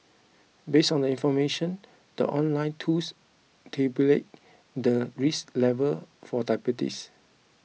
based on the information the online tools tabulates the risk level for diabetes